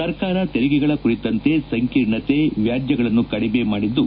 ಸರ್ಕಾರ ತೆರಿಗೆಗಳ ಕುರಿತ ಸಂಕೀರ್ಣತೆ ವ್ಲಾಜ್ಲಗಳನ್ನು ಕಡಿಮೆ ಮಾಡಿದ್ದು